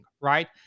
right